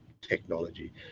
technology